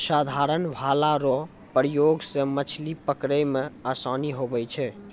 साधारण भाला रो प्रयोग से मछली पकड़ै मे आसानी हुवै छै